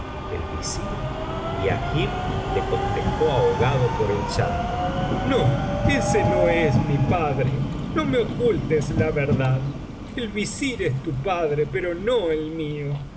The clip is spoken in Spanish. el visir y agib le contestó ahogado por el llanto no ese no es mi padre no me ocultes la verdad el visir es tu padre pero no el mío